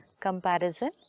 comparison